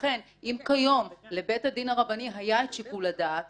לכן, אם כיום לבית הדין הרבני היה את שיקול הדעת